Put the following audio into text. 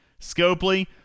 Scopely